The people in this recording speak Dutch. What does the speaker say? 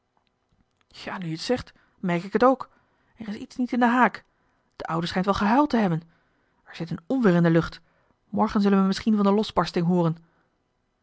ja nu je het zegt merk ik het ook er is iets niet in den haak de oude schijnt wel gehuild te hebben er zit een onweer in de lucht morgen zullen we misschien van de losbarsting hooren